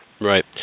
Right